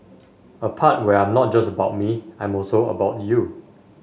a part where I'm not just about me I'm also about you